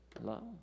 Hello